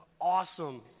awesome